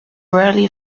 rarely